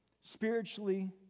spiritually